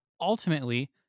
ultimately